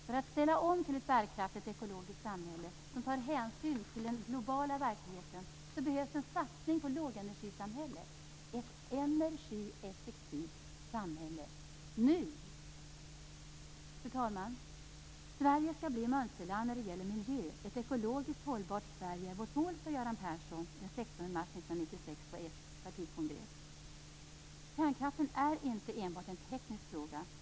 För att ställa om till ett bärkraftigt ekologiskt samhälle som tar hänsyn till hela den globala verkligheten behövs det en satsning på lågenergisamhället, ett energieffektivt samhälle - nu! Fru talman! Sverige skall bli ett mönsterland när det gäller miljö. Ett ekologiskt hållbart Sverige är vårt mål, sade Göran Persson den 16 mars 1996 på socialdemokraternas partikongress. Kärnkraften är inte enbart en teknisk fråga.